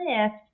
lift